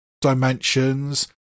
dimensions